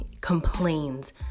complains